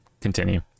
Continue